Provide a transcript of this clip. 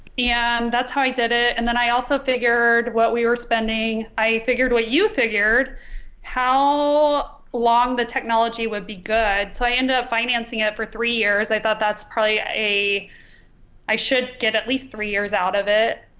yeah um that's how i did it and then i also figured what we were spending i figured what you figured how long the technology would be good so i ended up financing it for three years i thought that's probably a i should get at least three years out of it.